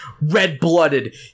red-blooded